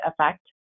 effect